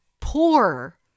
poor